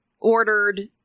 ordered